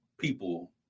people